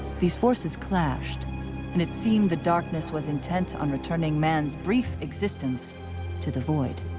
these forces clashed and it seemed the darkness was intent on returning man's brief existence to the void.